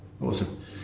Awesome